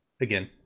again